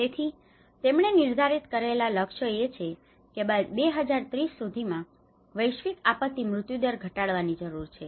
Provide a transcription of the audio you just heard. તેથી તેમણે નિર્ધારિત કરેલા લક્ષ્યો એ છે કે 2030 સુધીમાં વૈશ્વિક આપત્તિ મૃત્યુદર ઘટાડવાની જરૂર છે